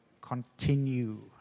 continue